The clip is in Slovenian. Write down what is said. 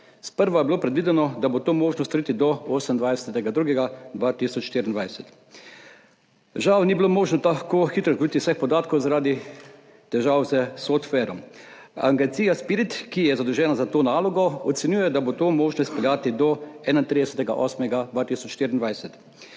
Sprva je bilo predvideno, da bo to možno storiti do 28. 2. 2024. Žal ni bilo možno tako hitro pridobiti vseh podatkov, zaradi težav s sotfwarom. Agencija SPIRIT, ki je zadolžena za to nalogo, ocenjuje, da bo to možno izpeljati do 31. 8. 2024,